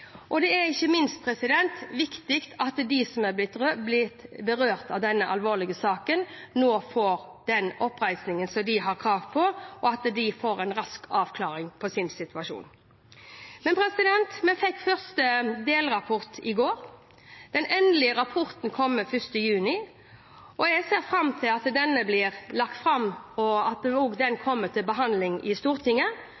Det er ikke minst viktig at de som har blitt berørt av denne alvorlige saken, nå får den oppreisningen som de har krav på, og at de får en rask avklaring av sin situasjon. Vi fikk den første delrapporten i går. Den endelige rapporten kommer 1. juni, og jeg ser fram til at denne blir lagt fram og